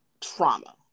trauma